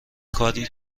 کاری